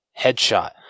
headshot